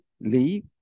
Leave